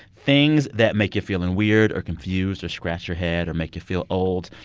things that make you feeling weird or confused or scratch your head or make you feel old.